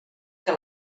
que